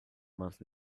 must